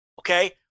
okay